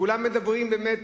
כולם מדברים, באמת,